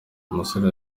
umusore